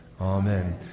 Amen